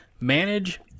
Manage